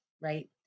right